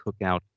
cookout